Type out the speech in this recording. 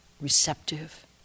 receptive